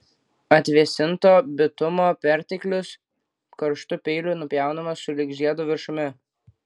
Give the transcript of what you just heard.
atvėsinto bitumo perteklius karštu peiliu nupjaunamas sulig žiedo viršumi